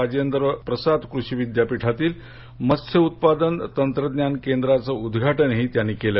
राजेंद्र प्रसाद कृषी विद्यापीठातील मत्स्य उत्पादन तंत्रज्ञान केंद्राचेही त्यांनी उदघाटन केलं